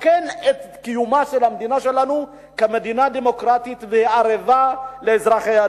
מסכן את קיומה של המדינה שלנו כמדינה דמוקרטית וערבה לאזרחיה.